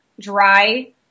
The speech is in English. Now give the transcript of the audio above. dry